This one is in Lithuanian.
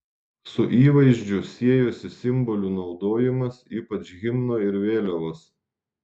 su įvaizdžiu siejosi simbolių naudojimas ypač himno ir vėliavos